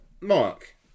Mark